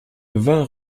vingt